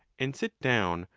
and sit down,